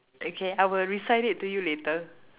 okay I will recite it to you later